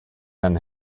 then